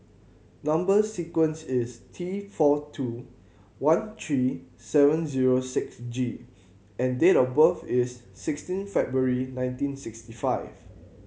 number sequence is T four two one three seven zero six G and date of birth is sixteen February nineteen sixty five